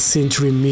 Century